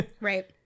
Right